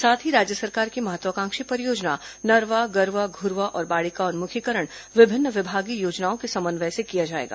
साथ ही राज्य सरकार की महत्वाकांक्षी परियोजना नरवा गरूवा घुरवा और बाड़ी का उन्मुखीकरण विभिन्न विभागीय योजनाओं के समन्वय से किया जाएगा